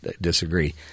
disagree